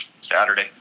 Saturday